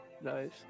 nice